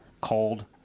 cold